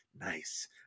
nice